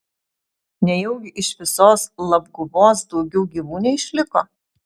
nejaugi iš visos labguvos daugiau gyvų neišliko